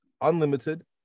unlimited